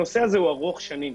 הנושא הזה הוא ארוך שנים.